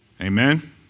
Amen